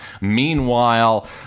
Meanwhile